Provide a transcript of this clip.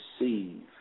receive